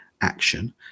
action